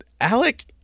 Alec